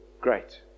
great